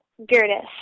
Gertis